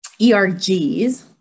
ERGs